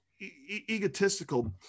egotistical